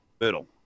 middle